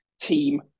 team